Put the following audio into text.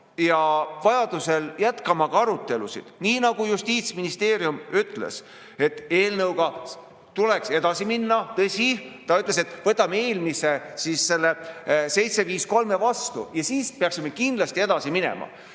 ja vajadusel jätkama ka arutelusid. Nii nagu Justiitsministeerium ütles, eelnõuga tuleks edasi minna. Tõsi, ta ütles, et võtame eelmise, selle 753 vastu ja siis peaksime edasi minema.